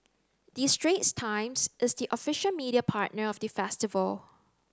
the Straits Times is the official media partner of the festival